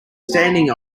standing